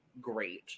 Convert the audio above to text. great